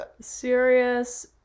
Serious